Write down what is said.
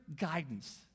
guidance